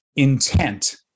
intent